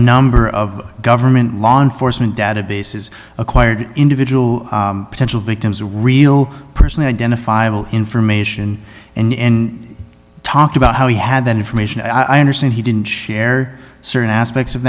number of government law enforcement databases acquired individual potential victims a real person identifiable information and talk about how he had that information i understand he didn't share certain aspects of